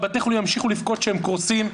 ובתי-החולים ימשיכו לבכות שהם קורסים,